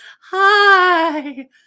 hi